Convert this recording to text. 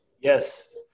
Yes